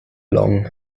long